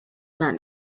meant